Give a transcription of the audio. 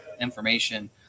information